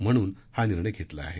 म्हणून हा निर्णय घेतला आहे